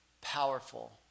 powerful